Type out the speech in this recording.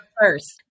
first